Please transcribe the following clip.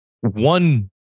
one